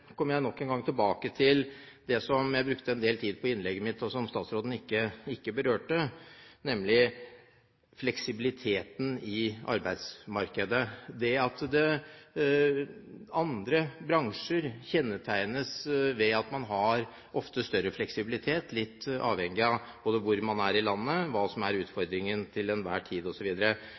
kommer jeg nok en gang tilbake til det jeg brukte en del tid på i innlegget mitt, og som statsråden ikke berørte, nemlig fleksibiliteten i arbeidsmarkedet. Andre bransjer kjennetegnes ved at man ofte har større fleksibilitet, litt avhengig av hvor man er i landet, og hva som er utfordringen til enhver tid